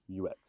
UX